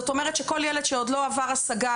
כל ילד שעוד לא עבר השגה,